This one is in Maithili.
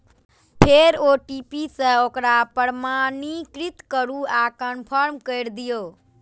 फेर ओ.टी.पी सं ओकरा प्रमाणीकृत करू आ कंफर्म कैर दियौ